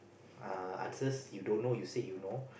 uh answers you don't know you said you know